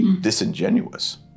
disingenuous